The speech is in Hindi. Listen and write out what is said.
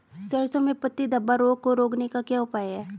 सरसों में पत्ती धब्बा रोग को रोकने का क्या उपाय है?